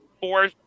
four